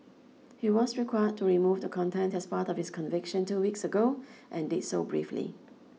he was required to remove the content as part of his conviction two weeks ago and did so briefly